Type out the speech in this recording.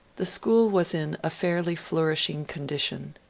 the school was in a fairly flourishing condition.